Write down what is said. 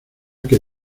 que